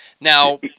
Now